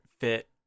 fit